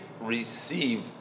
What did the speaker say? receive